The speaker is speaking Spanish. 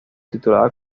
titulada